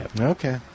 Okay